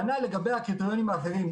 כנ"ל לגבי הקריטריונים האחרים,